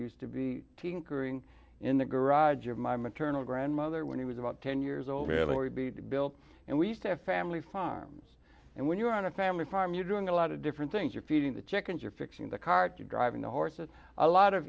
tinkering in the garage of my maternal grandmother when he was about ten years old really beat bill and we used to have family farms and when you're on a family farm you're doing a lot of different things you're feeding the chickens or fixing the cart or driving the horses a lot of